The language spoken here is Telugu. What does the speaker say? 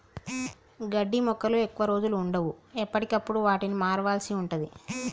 గడ్డి మొక్కలు ఎక్కువ రోజులు వుండవు, ఎప్పటికప్పుడు వాటిని మార్వాల్సి ఉంటది